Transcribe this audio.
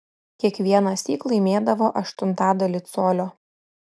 kiekvienąsyk laimėdavo aštuntadalį colio